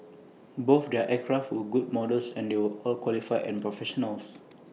both their aircraft were good models and they will all qualified and professionals